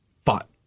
fought